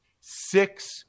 Six